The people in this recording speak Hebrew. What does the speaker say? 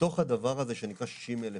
מתוך הדבר הזה שנקרא 60,000,